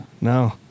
No